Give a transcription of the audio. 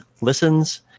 listens